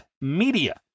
Media